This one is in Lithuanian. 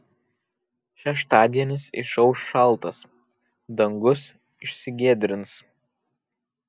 šeštadienis išauš šaltas dangus išsigiedrins